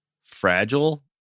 fragile